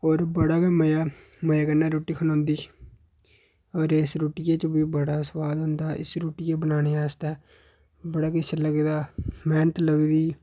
होर बड़ा गै मजा मजे कन्नै रुट्टी खनोंदी और इस रुट्टियै च मिगी बड़ा गै सोआद औंदा इस रुट्टियै गी बनाने आस्तै बड़ा किश लगदा मेह्नत लगदी